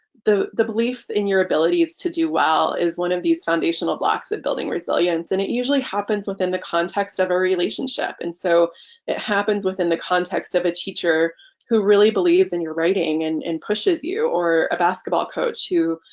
the the belief in your abilities to do well is one of these foundational blocks of building resilience and it usually happens within the context of a relationship and so it happens within the context of a teacher who really believes in your writing and and pushes you or a basketball coach who